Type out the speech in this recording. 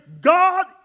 God